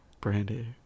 brandy